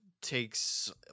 takes